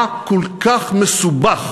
מה כל כך מסובך